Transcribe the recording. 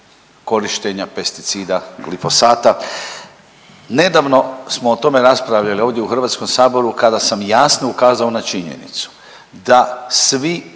korištenja pesticida glifosata, nedavno smo o tome raspravljali ovdje u HS-u kada sam jasno ukazao na činjenicu da svi